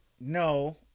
No